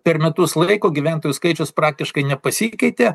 per metus laiko gyventojų skaičius praktiškai nepasikeitė